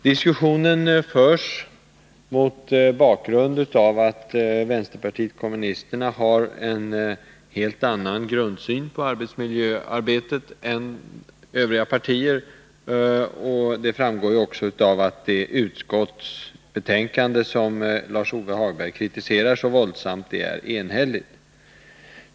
Diskussionen förs mot bakgrund av att vänsterpartiet kommunisterna har en helt annan grundsyn på arbetsmiljöarbetet än övriga partier. Detta framgår också av att det utskottsbetänkande som Lars-Ove Hagberg kritiserar så våldsamt är enhälligt.